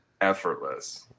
Effortless